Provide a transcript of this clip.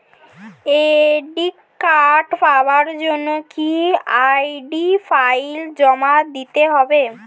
Credit card পাওয়ার জন্য কি আই.ডি ফাইল জমা দিতে হবে?